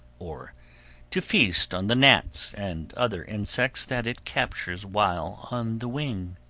or to feast on the gnats and other insects that it captures while on the wing.